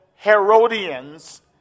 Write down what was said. Herodians